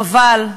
חבל.